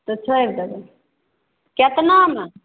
तऽ छोरि देबै केतनामे